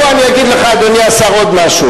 אדוני השר, אני אגיד לך עוד משהו.